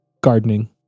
Gardening